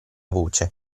voce